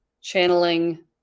channeling